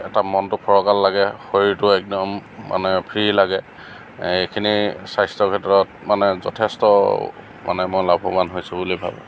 এটা মনটো ফৰকাল লাগে শৰীৰটো একদম মানে ফ্ৰি লাগে এইখিনি স্ৱাস্থ্যৰ ক্ষেত্ৰত মানে যথেষ্ট মানে মই লাভৱান হৈছোঁ বুলি ভাবোঁ